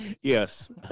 Yes